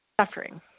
suffering